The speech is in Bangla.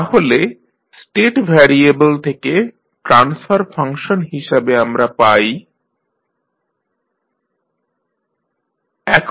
তাহলে স্টেট ভ্যারিয়াবেল থেকে ট্রান্সফার ফাংশন হিসাবে আমরা পাই HsCsI A 1BD